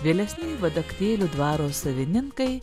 vėlesni vadaktėlių dvaro savininkai